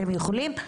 אתם יכולים,